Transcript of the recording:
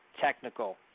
technical